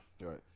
Right